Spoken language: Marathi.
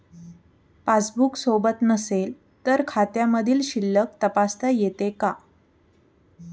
पासबूक सोबत नसेल तर खात्यामधील शिल्लक तपासता येते का?